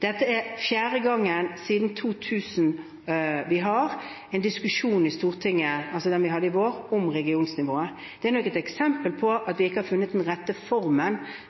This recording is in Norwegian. Dette er fjerde gangen siden 2000 at vi har en diskusjon i Stortinget – den vi hadde i vår – om regionsnivået. Det er nok et eksempel på at vi ikke har funnet den rette formen